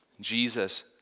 Jesus